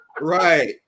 right